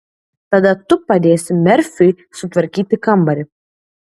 tada tu padėsi merfiui sutvarkyti kambarį